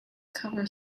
cover